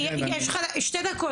יש לך שתי דקות,